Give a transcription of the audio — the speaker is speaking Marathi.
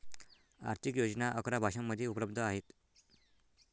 आर्थिक योजना अकरा भाषांमध्ये उपलब्ध आहेत